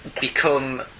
become